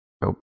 Nope